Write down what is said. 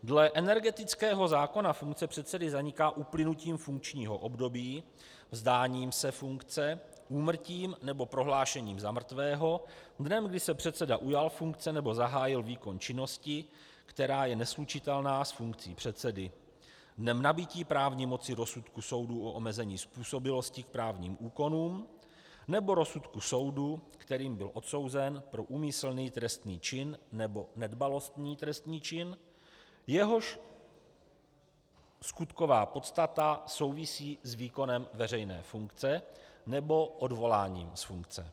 Dle energetického zákona funkce předsedy zaniká uplynutím funkčního období, vzdáním se funkce, úmrtím nebo prohlášením za mrtvého, v den, kdy se předseda ujal funkce nebo zahájil výkon činnosti, která je neslučitelná s funkcí předsedy, dnem nabytí právní moci rozsudku soudu o omezení způsobilosti k právním úkonům, nebo rozsudku soudu, kterým byl odsouzen pro úmyslný trestný čin nebo nedbalostní trestný čin, jehož skutková podstata souvisí s výkonem veřejné funkce nebo odvoláním z funkce.